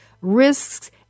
risks